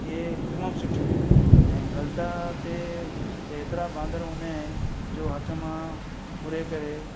इहे तमामु सुठियूं आहिनि ऐं गलता ते त एतिरा बांदर हूंदा आहिनि जो हथ मां फुरे करे